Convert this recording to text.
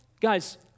guys